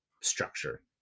structure